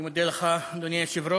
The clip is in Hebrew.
אני מודה לך, אדוני היושב-ראש.